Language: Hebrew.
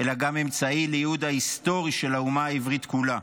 אלא גם אמצעי לייעוד ההיסטורי של האומה העברית כולה,